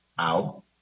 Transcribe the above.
out